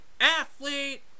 athlete